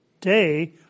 day